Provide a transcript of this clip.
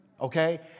okay